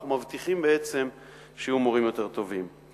אנחנו מבטיחים שיהיו מורים יותר טובים.